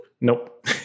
Nope